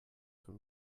für